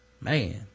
Man